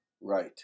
Right